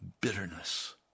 bitterness